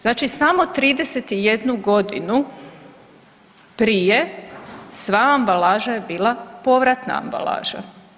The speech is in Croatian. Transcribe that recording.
Znači samo 31 g. prije sva ambalaža je bila povratna ambalaža.